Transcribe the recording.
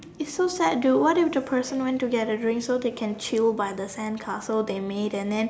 it's so sad dude what if the person went to get a drink so that they can chill by the sandcastle they made and then